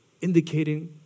indicating